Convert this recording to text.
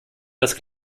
das